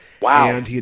Wow